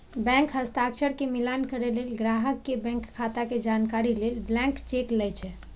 bank हस्ताक्षर के मिलान करै लेल, ग्राहक के बैंक खाता के जानकारी लेल ब्लैंक चेक लए छै